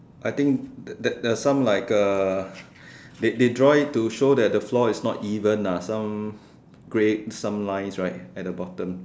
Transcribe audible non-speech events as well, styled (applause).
I think that there are some like uh they they draw it to show that the floor is not even ah some (breath) grey some lines right at the bottom